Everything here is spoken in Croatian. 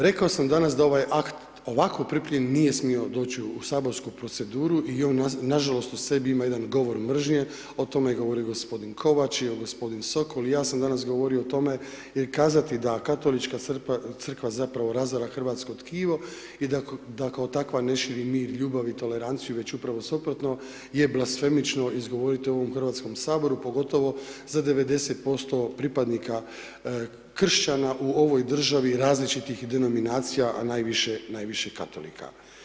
Rekao sam danas da ovaj akt ovako pripremljen nije smio doći u saborsku proceduru i on nažalost u sebi ima jedan govori mržnje, o tome je govorio g. Kovač i g. Sokol, i ja sam danas govorio o tome jer kazati da Katolička crkva zapravo razara hrvatsko tkivo i da kao takva ne širi mir, ljubav i toleranciju već upravo suprotno je blasfemično izgovoriti u ovom Hrvatskom saboru pogotovo za 90% pripadnika kršćana u ovoj državi različitih denominacija a najviše katolika.